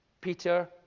Peter